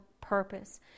purpose